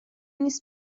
نیست